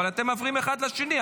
אבל אתם מפריעים אחד לשני.